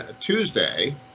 Tuesday